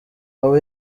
abo